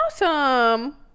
Awesome